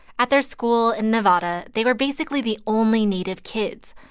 at their school in nevada, they were basically the only native kids.